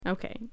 Okay